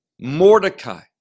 Mordecai